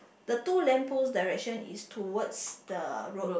the two lamppost direction is towards the road